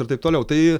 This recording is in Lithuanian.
ir taip toliau tai